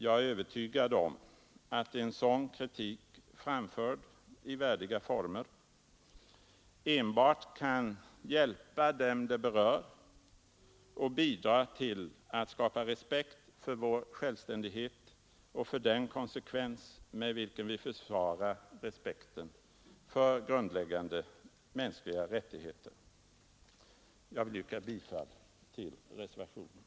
Jag är övertygad om att en sådan kritik, framförd i värdiga former, enbart kan hjälpa dem det berör och bidra till att skapa respekt för vår självständighet och för den konsekvens med vilken vi försvarar respekten för grundläggande mänskliga rättigheter. Jag yrkar bifall till reservationen.